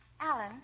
Alan